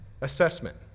assessment